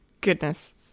goodness